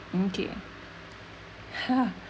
okay